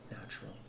natural